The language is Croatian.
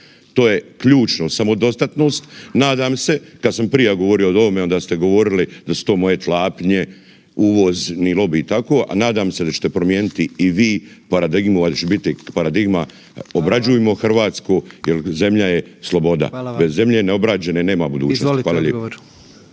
To je ključno samodostatnost. Nadam se kad sam prija govorio od ovome onda ste govorili da su to moje tlapnje, uvozni lobi i tako. A nadam se da ćete promijeniti i vi paradigmu, valjda će biti paradigma obrađujmo hrvatsko jer zemlja je sloboda, bez zemlje neobrađene nema budućnosti.